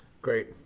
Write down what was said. Great